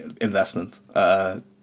investment